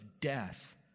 death